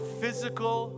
physical